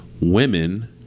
women